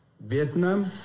Vietnam